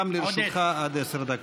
גם לרשותך עד עשר דקות.